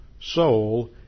soul